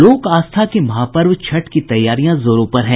लोक आस्था के महापर्व छठ की तैयारियां जोरों पर है